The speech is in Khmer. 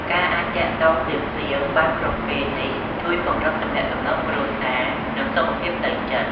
ការអាចទាក់ទងភ្លាមៗបានគ្រប់ពេលនេះជួយពង្រឹងទំនាក់ទំនងគ្រួសារ និងសុខភាពផ្លូវចិត្ត។